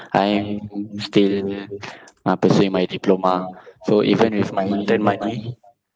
I'm still uh pursuing my diploma so even with my intern money